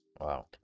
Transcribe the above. Wow